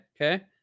okay